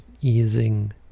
easing